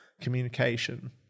communication